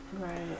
right